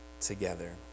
together